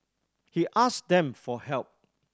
he ask them for help